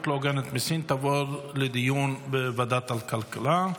לא הוגנת מסין תעבור לדיון בוועדת הכלכלה.